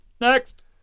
next